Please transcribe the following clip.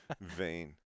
vain